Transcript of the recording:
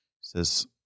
says